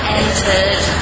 entered